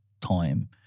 time